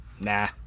Nah